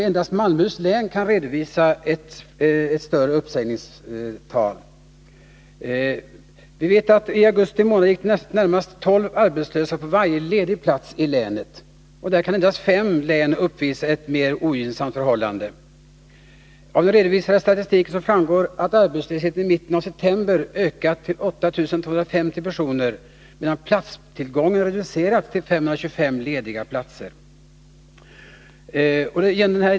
Endast Malmöhus län kan redovisa en högre siffra. I augusti månad gick det 12 arbetslösa på varje ledig platsi länet. Där kan endast fem län uppvisa mer ogynnsamma förhållanden. Av den redovisade statistiken framgår att arbetslösheten i mitten av september ökat till 8 250 personer, medan platstillgången reducerats till 525 lediga platser.